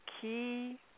key